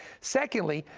secondly,